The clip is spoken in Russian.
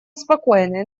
спокойной